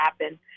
happen